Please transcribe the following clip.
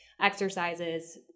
exercises